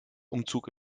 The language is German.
umzug